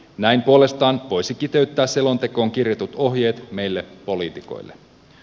näin puolestaan voisi kiteyttää selontekoon kirjatut ohjeet meille politiikoille